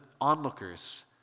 onlookers